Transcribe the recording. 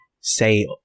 say